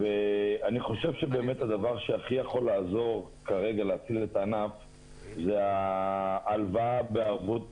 --- הדבר שיכול לעזור ויכול להיות הכי נוח לנו זה בעצם ערבות